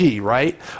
right